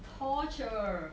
torture